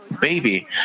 baby